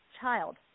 child